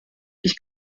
ich